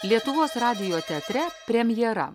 lietuvos radijo teatre premjera